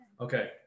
Okay